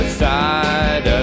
side